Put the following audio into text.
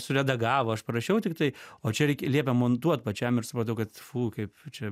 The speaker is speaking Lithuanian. suredagavo aš parašiau tiktai o čia reik liepia montuot pačiam ir supratau kad fu kaip čia